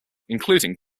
including